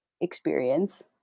experience